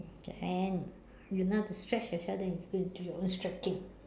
can you know how to stretch yourself then you go and do your own stretching ah